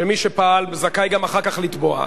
שמי שפעל זכאי גם אחר כך לתבוע.